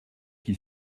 qui